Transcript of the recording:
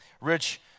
Rich